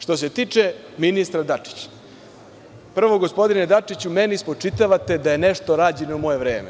Što se tiče ministra Dačića, prvo, gospodine Dačiću, meni spočitavate da je nešto rađeno u moje vreme.